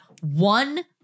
one